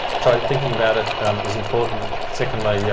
so thinking about it is important. secondly, yeah